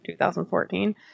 2014